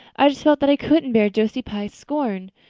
i just felt that i couldn't bear josie pye's scorn.